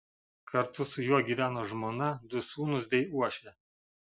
kartu su juo gyvena žmona du sūnūs bei uošvė